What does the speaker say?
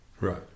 Right